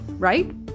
Right